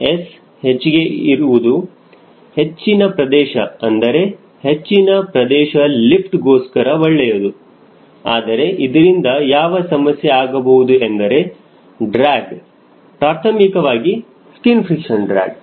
S ಹೆಚ್ಚಿಗೆ ಇರುವುದು ಹೆಚ್ಚಿನ ಪ್ರದೇಶ ಅಂದರೆ ಹೆಚ್ಚಿನ ಪ್ರದೇಶ ಲಿಫ್ಟ್ ಗೋಸ್ಕರ ಒಳ್ಳೆಯದು ಆದರೆ ಇದರಿಂದ ಯಾವ ಸಮಸ್ಯೆ ಆಗಬಹುದು ಎಂದರೆ ಡ್ರ್ಯಾಗ್ ಪ್ರಾಥಮಿಕವಾಗಿ ಸ್ಕಿನ್ ಫ್ರಿಕ್ಷನ್ ಡ್ರ್ಯಾಗ್